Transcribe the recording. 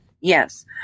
Yes